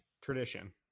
tradition